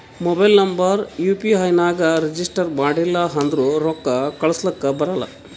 mobile number U P I ನಾಗ್ register ಮಾಡಿಲ್ಲ ಅಂದುರ್ ರೊಕ್ಕಾ ಕಳುಸ್ಲಕ ಬರಲ್ಲ